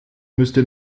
müsste